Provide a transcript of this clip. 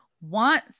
want